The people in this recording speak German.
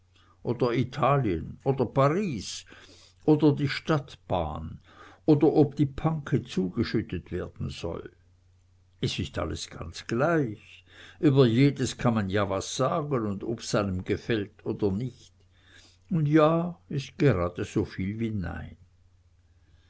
oder italien oder paris oder die stadtbahn oder ob die panke zugeschüttet werden soll es ist alles ganz gleich über jedes kann man ja was sagen und ob's einem gefällt oder nicht und ja ist geradesoviel wie nein